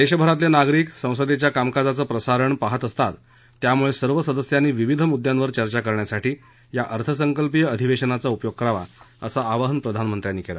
देशभरातले नागरिक संसदेच्या कामकाजाचं प्रसारण पहात असतात त्यामुळे सर्व सदस्यांनी विविध मुद्दयांवर चर्चा करण्यासाठी या अर्थसंकल्पीय अधिवेशनाचा उपयोग करावा असं आवाहन प्रधानमंत्र्यांनी केलं